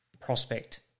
prospect